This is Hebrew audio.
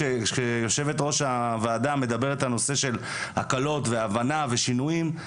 כשיושבת-ראש הוועדה מדברת על נושא של הקלות הבנה ושינויים,